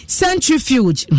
centrifuge